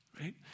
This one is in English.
right